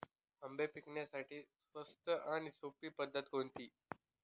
आंबे पिकवण्यासाठी स्वस्त आणि सोपी पद्धत कोणती?